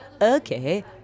okay